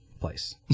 place